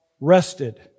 rested